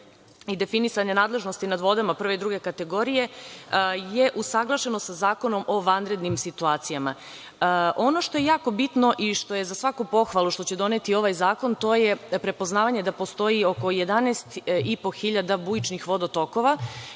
i definisanja nadležnosti nad vodama prve i druge kategorije je usaglašeno sa Zakonom o vanrednim situacijama. Ono što je jako bitno i što je za svaku pohvalu što će doneti ovaj zakon to je prepoznavanje da postoji oko 11,5 hiljada bujičnih vodotokova